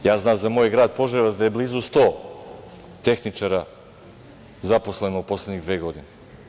Ja znam za moj grad Požarevac, da je blizu 100 tehničara zaposleno u poslednjih dve godine.